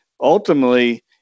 ultimately